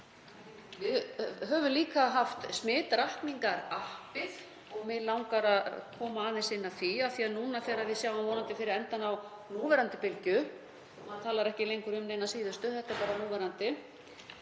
Við höfum líka haft smitrakningarappið. Mig langar að koma aðeins inn á það af því að nú þegar við sjáum vonandi fyrir endann á núverandi bylgju — maður talar ekki